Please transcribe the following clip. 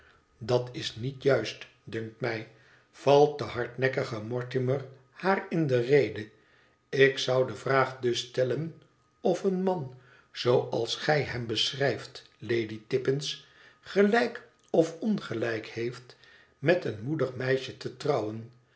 dat is niet juist dunkt mij valt de hardnekkige mortimer haar in de rede ik zou de vraag dus stellen of een man zooals gij hem beschrijft lady tippins gelijk of ongelijk heeft meteen moedig meisje te trouwen